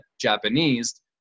Japanese